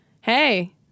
Hey